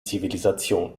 zivilisation